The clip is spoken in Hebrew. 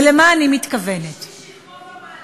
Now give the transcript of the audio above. ולמה אני מתכוונת, איש משכמו ומעלה.